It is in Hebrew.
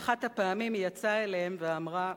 באחת הפעמים היא יצאה אליהם ואמרה: